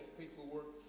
paperwork